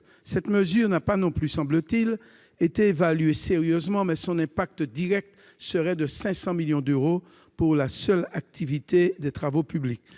». Elle n'a pas non plus, semble-t-il, été évaluée sérieusement. Son impact direct serait de 500 millions d'euros pour la seule activité des travaux publics,